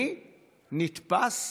אני נתפס